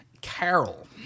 Carol